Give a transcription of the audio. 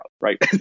right